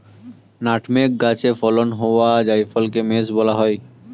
nutmeg গাছে ফলন হওয়া জায়ফলকে মেস বলা হই